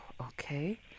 okay